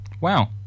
Wow